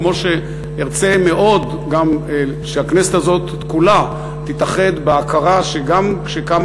כמו שארצה מאוד גם שהכנסת הזאת כולה תתאחד בהכרה שגם כשקמה